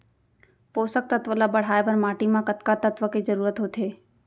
पोसक तत्व ला बढ़ाये बर माटी म कतका तत्व के जरूरत होथे?